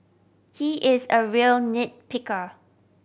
he is a real nit picker